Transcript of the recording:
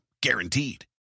Guaranteed